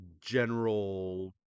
general